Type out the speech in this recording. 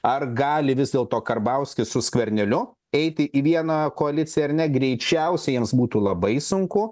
ar gali vis dėlto karbauskis su skverneliu eiti į vieną koaliciją ar ne greičiausiai jiems būtų labai sunku